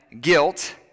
guilt